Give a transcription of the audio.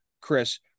chris